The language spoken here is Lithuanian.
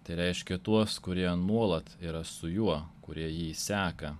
tai reiškia tuos kurie nuolat yra su juo kurie jį seka